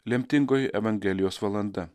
lemtingoji evangelijos valanda